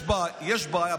יש בעיה.